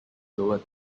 lower